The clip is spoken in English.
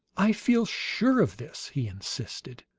i feel sure of this, he insisted,